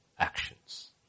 actions